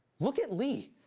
look at lee.